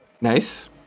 Nice